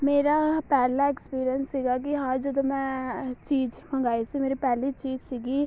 ਮੇਰਾ ਪਹਿਲਾ ਐਕਸਪੀਰੀਅੰਸ ਸੀਗਾ ਕਿ ਹਾਂ ਜਦੋਂ ਮੈਂ ਚੀਜ਼ ਮੰਗਵਾਈ ਸੀ ਮੇਰੀ ਪਹਿਲੀ ਚੀਜ਼ ਸੀਗੀ